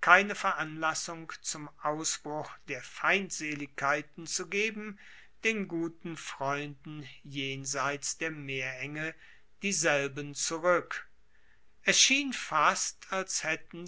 keine veranlassung zum ausbruch der feindseligkeiten zugeben den guten freunden jenseits der meerenge dieselben zurueck es schien fast als haetten